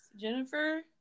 jennifer